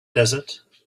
desert